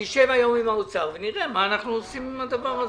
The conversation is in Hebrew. אני אשב היום עם האוצר לראות מה אנחנו עושים עם הדבר הזה.